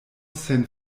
sen